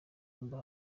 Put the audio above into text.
kumba